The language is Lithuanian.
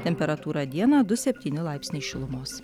temperatūra dieną du septyni laipsniai šilumos